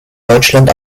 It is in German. deutschland